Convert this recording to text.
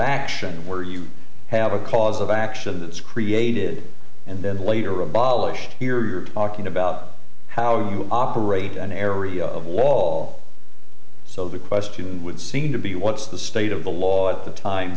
action where you have a cause of action that's created and then later abolished you're talking about how you operate an area of wall so the question would seem to be what's the state of the law at the time